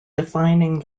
defining